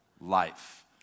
life